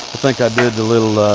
think i did the little